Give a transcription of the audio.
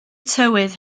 tywydd